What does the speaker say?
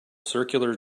circular